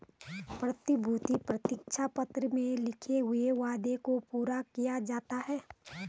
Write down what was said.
प्रतिभूति प्रतिज्ञा पत्र में लिखे हुए वादे को पूरा किया जाता है